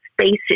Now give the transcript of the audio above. spaces